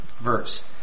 verse